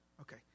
Okay